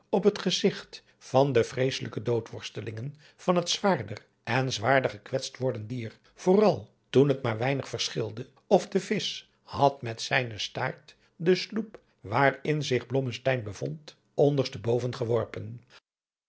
op het gezigt van de vreesselijke doodsworstelingen van het zwaarder en zwaarder gekwetst wordend dier vooral toen het maar weinig verschilde of de visch had met zijnen staart de adriaan loosjes pzn het leven van johannes wouter blommesteyn sloep waarin zich blommesteyn bevond onderste boven geworpen